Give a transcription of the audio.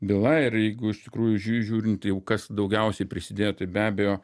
byla ir jeigu iš tikrųjų žiū žiūrint jau kas daugiausiai prisidėjo tai be abejo